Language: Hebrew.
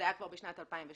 זה היה כבר בשנת 2013,